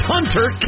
Hunter